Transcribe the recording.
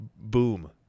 Boom